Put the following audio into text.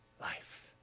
life